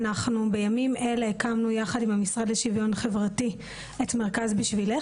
אנחנו בימים אלה הקמנו יחד עם המשרד לשוויון חברתי את מרכז "בשבילך",